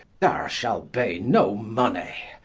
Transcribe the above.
there shall bee no mony,